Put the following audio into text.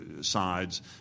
sides